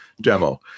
demo